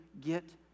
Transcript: get